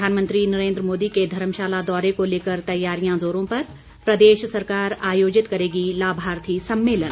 प्रधानमंत्री नरेन्द्र मोदी के धर्मशाला दौरे को लेकर तैयारियां जोरों पर प्रदेश सरकार आयोजित करेगी लाभार्थी सम्मेलन